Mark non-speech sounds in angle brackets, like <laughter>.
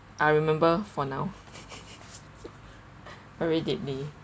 I remember for now <laughs> very deeply